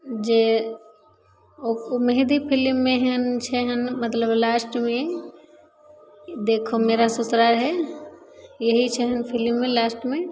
जे ओ ओ मेहदी फिलिममे हँ छै हन मतलब लास्टमे ये देखो मेरा ससुरार है यही छै हँ फिलिममे लास्टमे